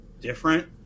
different